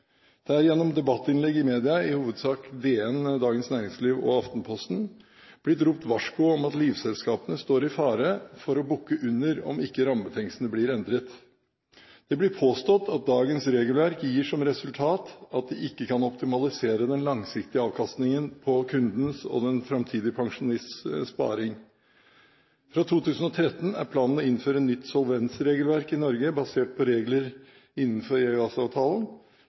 Det er gjennom debattinnlegg i media – i hovedsak Dagens Næringsliv og Aftenposten – blitt ropt varsko om at livselskapene står i fare for å bukke under om ikke rammebetingelsene blir endret. Det blir påstått at dagens regelverk gir som resultat at de ikke kan optimalisere den langsiktige avkastningen på kundens og den framtidige pensjonistens sparing. Fra 2013 er planen å innføre et nytt solvensregelverk i Norge, basert på regler innenfor